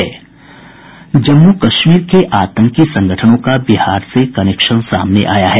जम्मू कश्मीर के आतंकी संगठनों का बिहार से कनेक्शन सामने आया है